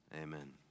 amen